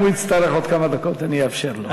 אם הוא יצטרך עוד כמה דקות אני אאפשר לו,